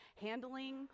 handling